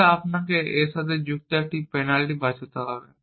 তাহলে আপনাকে এর সাথে যুক্ত একটি পেনাল্টি বাঁচাতে হবে